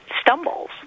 stumbles